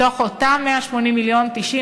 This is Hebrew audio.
מתוך אותם 180 מיליון ש"ח,